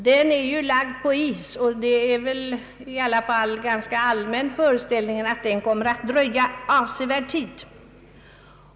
Den är dock lagd på is, och det är en ganska allmän föreställning att den kommer att dröja avsevärd tid.